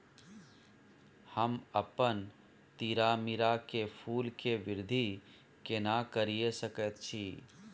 हम अपन तीरामीरा के फूल के वृद्धि केना करिये सकेत छी?